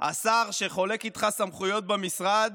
השר שחולק איתך סמכויות במשרד